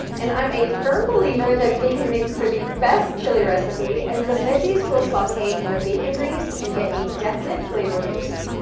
and i'm a firm believer that bacon makes for the best chili recipe as the veggies will saute in the bacon grease and get a definite flavor boost.